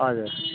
हजुर